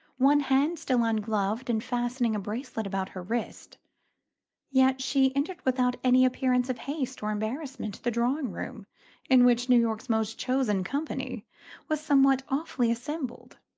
one hand still ungloved, and fastening a bracelet about her wrist yet she entered without any appearance of haste or embarrassment the drawing-room in which new york's most chosen company was somewhat awfully assembled.